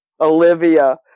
Olivia